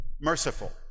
Merciful